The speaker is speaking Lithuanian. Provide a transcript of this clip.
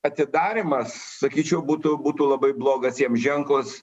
atidarymas sakyčiau būtų būtų labai blogas jiem ženklas